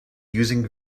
using